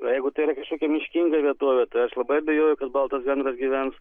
jeigu tai yra kažkokia miškinga vietovė tai aš labai abejoju kad baltas gandras gyvens